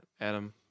Adam